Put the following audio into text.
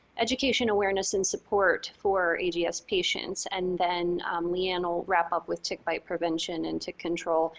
education awareness and support for ags patients. and then leigh ann will wrap up with tick bite prevention and tick control,